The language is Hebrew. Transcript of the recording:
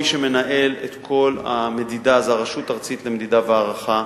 מי שמנהל את כל המדידה זה הרשות הארצית למדידה והערכה,